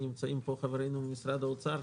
נמצאים פה חברינו ממשרד האוצר,